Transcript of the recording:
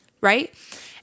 Right